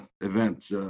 event